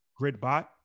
GridBot